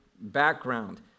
background